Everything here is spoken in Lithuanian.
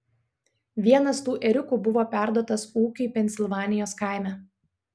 vienas tų ėriukų buvo perduotas ūkiui pensilvanijos kaime